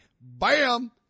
Bam